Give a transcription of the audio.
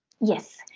Yes